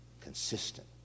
consistent